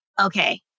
okay